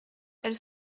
elle